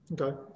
Okay